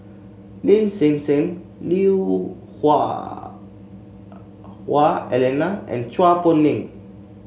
Lin Hsin Hsin Lui Hah Wah Elena and Chua Poh Leng